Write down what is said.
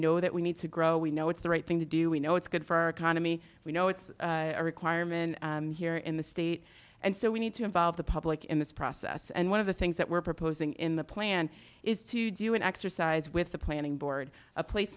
know that we need to grow we know it's the right thing to do we know it's good for our economy we know it's a requirement here in the state and so we need to involve the public in this process and one of the things that we're proposing in the plan is to do an exercise with the planning board a place